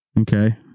Okay